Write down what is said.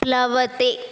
प्लवते